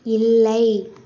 இல்லை